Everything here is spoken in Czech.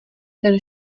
ten